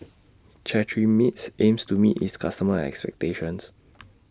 Cetrimide's aims to meet its customers' expectations